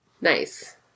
Nice